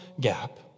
gap